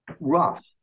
rough